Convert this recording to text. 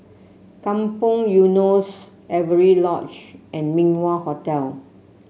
Kampong Eunos Avery Lodge and Min Wah Hotel